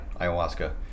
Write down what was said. Ayahuasca